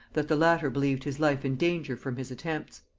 that the latter believed his life in danger from his attempts.